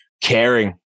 caring